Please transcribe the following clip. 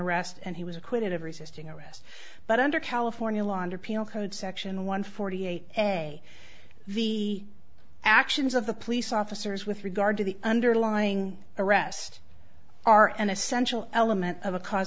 arrest and he was acquitted of resisting arrest but under california law under penal code section one forty eight a the actions of the police officers with regard to the underlying arrest are an essential element of a cause